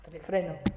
freno